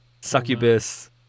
succubus